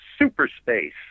superspace